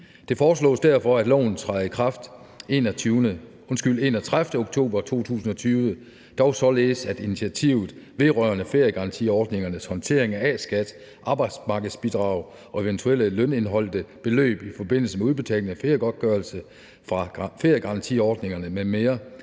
Det foreslås derfor, at loven træder i kraft den 31. oktober 2020, dog således at initiativet vedrørende feriegarantiordningernes håndtering af A-skat, arbejdsmarkedsbidrag og eventuelle lønindeholdte beløb i forbindelse med udbetaling af feriegodtgørelse fra feriegarantiordningerne m.m.